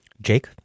Jake